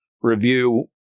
review